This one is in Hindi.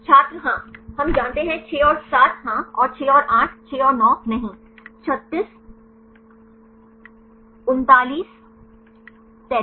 छात्र हाँ हम जानते हैं 6 और 7 हाँ और 6 और 8 6 और 9 नहीं 36 39 43